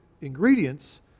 ingredients